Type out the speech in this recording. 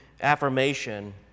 affirmation